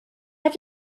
have